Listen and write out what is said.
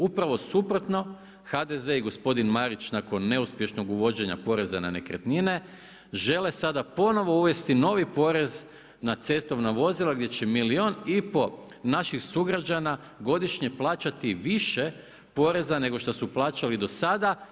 Upravo suprotno, HDZ i gospodin Marić nakon neuspješnog uvođenja poreza na nekretnine žele sada ponovno uvesti novi porez na cestovna vozila, gdje će milijun i pol naših sugrađana godišnje plaćati više poreza nego što su plaćali do sada.